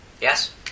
Yes